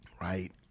Right